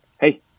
Hey